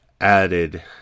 added